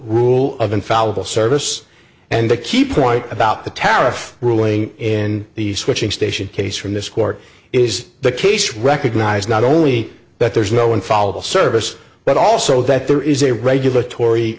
rule of infallible service and the key point about the tariff ruling in the switching station case from this court is the case recognize not only that there is no one follicle service but also that there is a regulatory